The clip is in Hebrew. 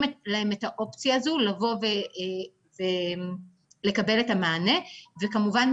להן את האופציה הזו לבוא ולקבל את המענה וכמובן,